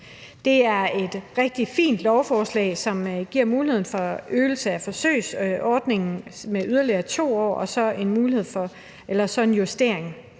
Det er et rigtig fint lovforslag, som giver mulighed for forlængelse af forsøgsordningen med yderligere 2 år og så en justering.